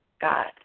God